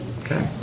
okay